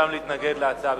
שביקש להתנגד להצעה.